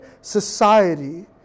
society